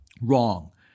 wrong